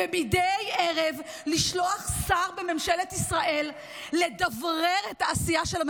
ומדי ערב לשלוח שר בממשלת ישראל לדברר את העשייה של הממשלה.